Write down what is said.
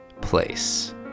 place